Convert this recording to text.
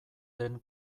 den